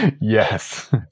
Yes